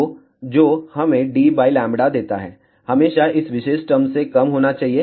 तो जो हमें d λ देता है हमेशा इस विशेष टर्म से कम होना चाहिए